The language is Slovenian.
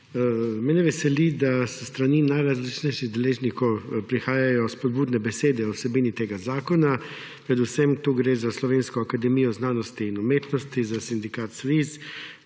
Mene veseli, da s strani najrazličnejših deležnikov prihajajo spodbudne besede o vsebini tega zakona. Predvsem tu gre za Slovensko akademijo znanosti in umetnosti, za sindikat Sviz,